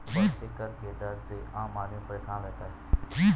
बढ़ते कर के दर से आम आदमी परेशान रहता है